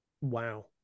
wow